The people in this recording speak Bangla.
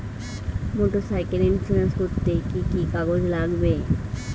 মোটরসাইকেল ইন্সুরেন্স করতে কি কি কাগজ লাগবে?